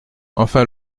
enfin